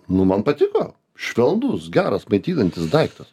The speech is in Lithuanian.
nu man patiko švelnus geras maitinantis daiktas